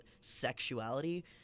sexuality